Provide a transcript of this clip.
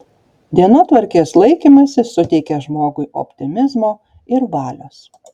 dienotvarkės laikymasis suteikia žmogui optimizmo ir valios